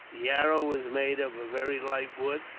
the arrow was made of very light wood.